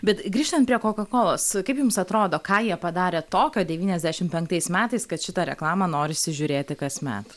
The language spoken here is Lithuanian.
bet grįžtant prie koka kolos kaip jums atrodo ką jie padarė tokio devyniasdešim penktais metais kad šitą reklamą norisi žiūrėti kasmet